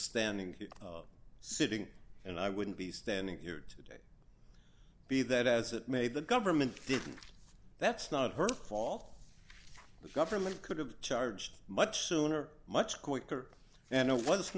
standing sitting and i wouldn't be standing here today be that as it may the government that's not her fault the government could have charged much sooner much quicker and it was